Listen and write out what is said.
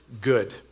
good